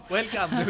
Welcome